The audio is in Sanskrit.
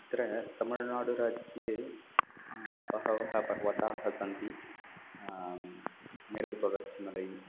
अत्र तमिळ्नाडुराज्ये बहवः पर्वताः सन्ति मेरुक् तोरर्चिमलै